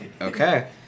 Okay